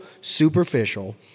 superficial